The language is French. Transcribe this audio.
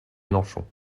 mélenchon